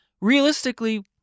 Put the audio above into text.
realistically